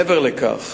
מעבר לכך,